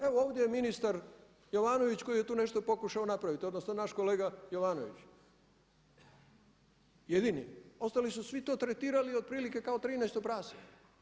Evo ovdje je ministar Jovanović koji je tu nešto pokušao napraviti, odnosno naš kolega Jovanović, jedini, ostali su svi to tretirali otprilike kao 13-to prase.